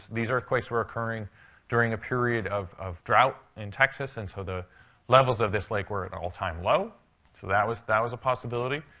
these earthquakes earthquakes were occurring during a period of of drought in texas, and so the levels of this lake were at an all-time low. so that was that was a possibility.